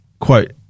Quote